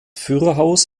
führerhaus